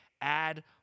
Add